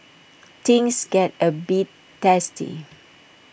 things get A bit testy